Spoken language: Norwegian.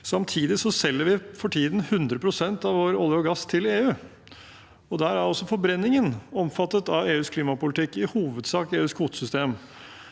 Samtidig selger vi for tiden 100 pst. av vår olje og gass til EU. Der er også forbrenningen omfattet av EUs klimapolitikk, i hovedsak EUs kvotesystem.